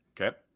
Okay